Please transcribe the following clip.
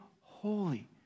holy